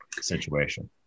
situation